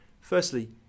Firstly